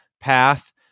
path